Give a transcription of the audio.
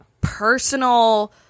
personal